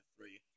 three